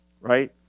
right